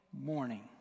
morning